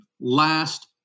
last